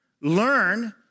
learn